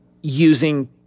using